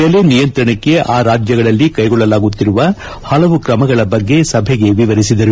ಬೆಲೆ ನಿಯಂತ್ರಣಕ್ಕೆ ಆ ರಾಜ್ಞಗಳಲ್ಲಿ ಕ್ಲೆಗೊಳ್ಳಲಾಗುತ್ತಿರುವ ಹಲವು ಕ್ರಮಗಳ ಬಗ್ಗೆ ಸಭೆಗೆ ವಿವರಿಸಿದರು